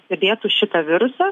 stebėtų šitą virusą